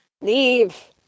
Leave